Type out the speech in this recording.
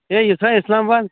ہے یہِ سا اِسلام آباد